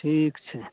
ठीक छै